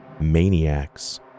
maniacs